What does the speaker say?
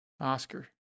Oscar